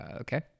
okay